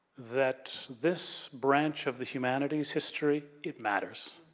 that this branch of the humanities, history, it matters.